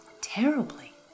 Terribly